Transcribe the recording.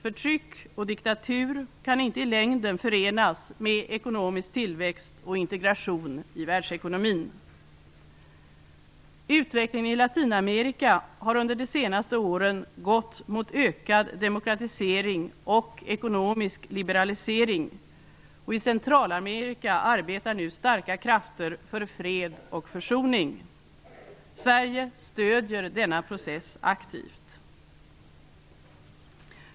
Förtryck och diktatur kan inte i längden förenas med ekonomisk tillväxt och integration i världsekonomin. Utvecklingen i Latinamerika har under de senaste åren gått mot ökad demokratisering och ekonomisk liberalisering, och i Centralamerika arbetar nu starka krafter för fred och försoning. Sverige stödjer denna process aktivt.